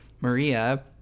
Maria